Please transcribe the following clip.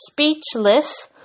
Speechless